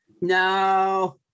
No